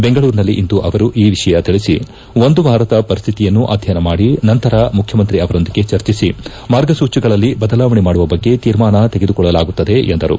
ಬೆಂಗಳೂರಿನಲ್ಲಿಂದು ಅವರು ಈ ವಿಷಯ ತಿಳಿಸಿ ಒಂದು ವಾರದ ಪರಿಸ್ತಿತಿಯನ್ನು ಅಧ್ಯಯನ ಮಾಡಿ ನಂತರ ಮುಖ್ಯಮಂತ್ರಿ ಅವರೊಂದಿಗೆ ಚರ್ಚಿಸಿ ಮಾರ್ಗಸೂಚಿಗಳಲ್ಲಿ ಬದಲಾವಣೆ ಮಾಡುವ ಬಗ್ಗೆ ತೀರ್ಮಾನ ತೆಗೆದುಕೊಳ್ಳಲಾಗುತ್ತದೆ ಎಂದರು